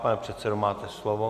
Pane předsedo, máte slovo.